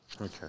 Okay